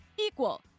equal